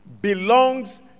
belongs